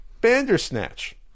Bandersnatch